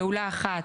פעולה אחת,